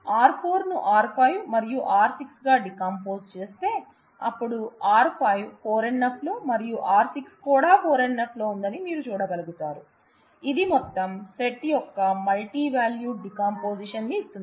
R 4 ను R 5 మరియు R 6 గా డీకంపోస్ చేస్తే అప్పుడు R 5 4 NF మరియు R 6 కూడా 4 NFలో ఉందని మీరు చూడగలుగుతారు ఇది మొత్తం సెట్ యొక్క మల్టీ వాల్యూడ్ డీకంపోజిషన్ ని ఇస్తుంది